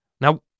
Now